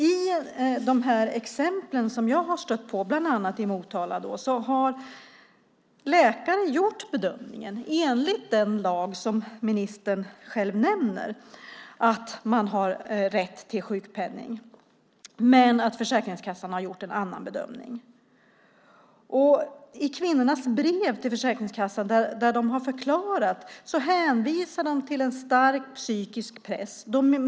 I de exempel som jag stött på, bland annat i Motala, har läkare enligt den lag som ministern nämner gjort bedömningen att kvinnan har rätt till sjukpenning, men sedan har Försäkringskassan gjort en annan bedömning. I kvinnornas brev till Försäkringskassan, där de beskriver situationen, hänvisar de till en stark psykisk press.